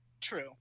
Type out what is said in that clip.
True